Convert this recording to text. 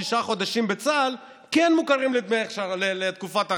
שישה חודשים בצה"ל כן מוכרים כתקופת אכשרה.